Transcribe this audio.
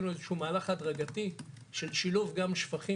איזה שהוא מהלך הדרגתי של שילוב שפכים